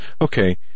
Okay